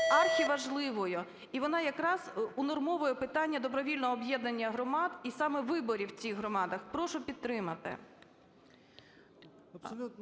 архіважливою і вона якраз унормовує питання добровільного об'єднання громад і саме виборів в цих громадах. Прошу підтримати. 17:15:31